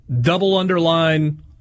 double-underline